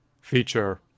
feature